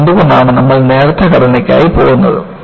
പിന്നെ എന്തുകൊണ്ടാണ് നമ്മൾ നേർത്ത ഘടനയ്ക്കായി പോകുന്നത്